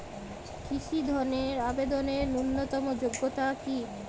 কৃষি ধনের আবেদনের ন্যূনতম যোগ্যতা কী?